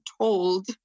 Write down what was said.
told